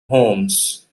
homes